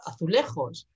azulejos